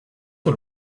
sur